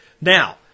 Now